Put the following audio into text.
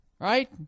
Right